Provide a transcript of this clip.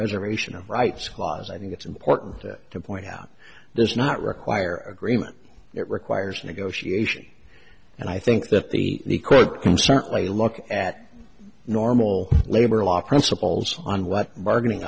reservation of rights clause i think it's important to point out there's not require agreement it requires negotiation and i think that the quote can certainly look at normal labor law principles and what bargaining